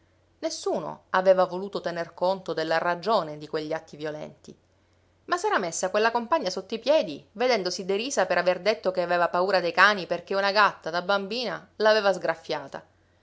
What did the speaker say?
nessuno aveva voluto tener conto della ragione di quegli atti violenti ma s'era messa quella compagna sotto i piedi vedendosi derisa per aver detto che aveva paura dei cani perché una gatta da bambina